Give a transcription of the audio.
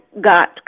got